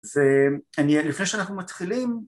זה... לפני שאנחנו מתחילים...